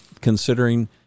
considering